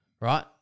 right